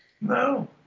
No